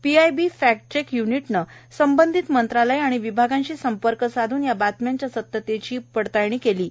PIB fact check युनिटने संबंधित मंत्रालय किंवा विभागांशी संपर्क साध्न या बातम्यांच्या सत्यतेची पडताळणी केली आहे